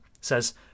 says